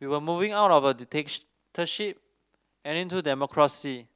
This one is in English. we were moving out of a and into democracy